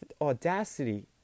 audacity